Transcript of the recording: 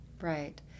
Right